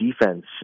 defense